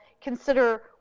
consider